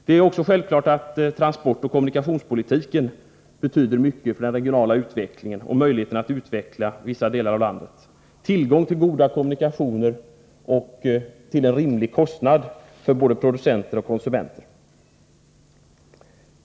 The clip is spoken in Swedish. Det är också självklart att transportoch kommunikationspolitiken betyder mycket för den regionala utvecklingen och möjligheterna att utveckla vissa delar av landet genom att ge tillgång till goda kommunikationer till en rimlig kostnad för både producenter och konsumenter.